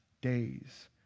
days